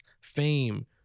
fame